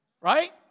Right